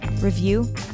review